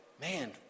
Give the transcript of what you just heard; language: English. man